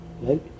Right